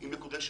היא מקודשת.